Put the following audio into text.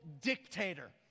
dictator